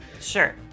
Sure